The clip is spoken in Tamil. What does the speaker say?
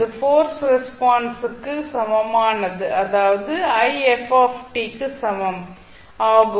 அது போர்ஸ்ட் ரெஸ்பான்ஸ் க்கு சமமானதாகும் அதாவது க்கு சமம் ஆகும்